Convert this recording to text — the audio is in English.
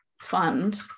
fund